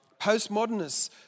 Postmodernists